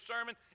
sermon